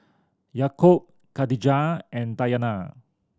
Yaakob Khadija and Dayana